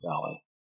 valley